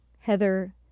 Heather